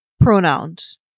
pronouns